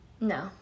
No